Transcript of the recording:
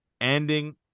ending